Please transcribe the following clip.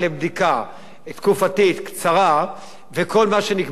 תקופתית קצרה וכל מה שנקבע לפני שנתיים טוב היום,